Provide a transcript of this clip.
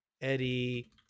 Eddie